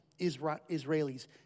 Israelis